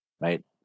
right